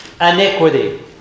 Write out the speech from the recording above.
iniquity